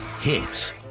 hits